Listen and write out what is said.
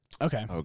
Okay